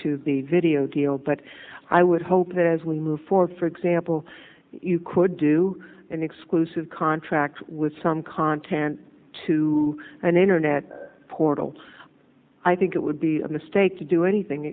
to the video but i would hope that as we move forward for example you could do an exclusive contract with some content to an internet portal i think it would be a mistake to do anything